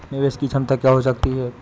निवेश की क्षमता क्या हो सकती है?